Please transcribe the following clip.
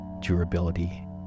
durability